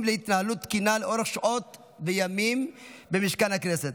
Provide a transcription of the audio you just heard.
להתנהלות תקינה לאורך שעות וימים במשכן הכנסת.